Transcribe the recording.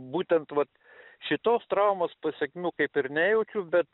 būtent vat šitos traumos pasekmių kaip ir nejaučiu bet